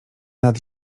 nad